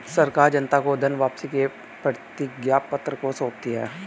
सरकार जनता को धन वापसी के प्रतिज्ञापत्र को सौंपती है